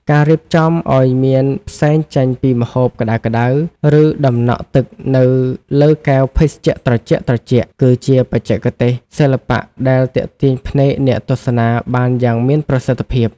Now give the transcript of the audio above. ការរៀបចំឱ្យមានផ្សែងចេញពីម្ហូបក្តៅៗ ឬតំណក់ទឹកនៅលើកែវភេសជ្ជៈត្រជាក់ៗ គឺជាបច្ចេកទេសសិល្បៈដែលទាក់ទាញភ្នែកអ្នកទស្សនាបានយ៉ាងមានប្រសិទ្ធភាព។